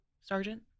sergeant